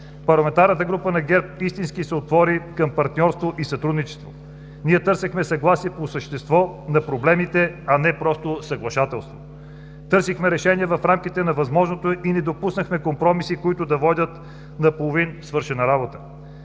Парламентарната група на ГЕРБ истински се отвори към партньорство и сътрудничество. Търсихме съгласие по същество на проблемите, а не просто съглашателство. Търсихме решение в рамките на възможното и недопуснахме компромиси, които да водят до половин свършена работа.